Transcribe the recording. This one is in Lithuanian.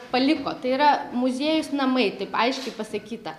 paliko tai yra muziejus namai taip aiškiai pasakyta